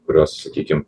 kurios sakykim